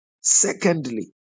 secondly